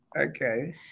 Okay